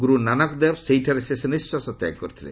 ଗୁରୁ ନାନକ ଦେବ ସେହିଠାରେ ଶେଷ ନିଃଶ୍ୱାସ ତ୍ୟାଗ କରିଥିଲେ